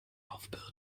aufbürden